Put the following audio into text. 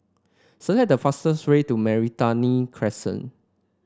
select the fastest way to Meranti Crescent